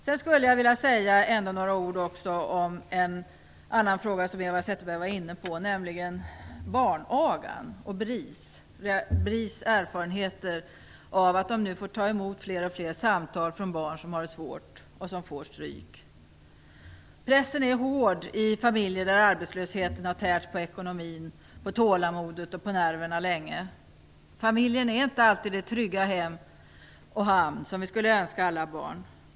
Jag skulle vilja säga några ord om en annan fråga som Eva Zetterberg var inne på, nämligen barnagan och BRIS erfarenheter av att man nu får ta emot fler och fler samtal från barn som har det svårt och som får stryk. Pressen är hård i familjen när arbetslösheten har tärt på ekonomin, på tålamodet och på nerverna länge. Familjen är inte alltid den trygga hamn som vi skulle önska alla barn.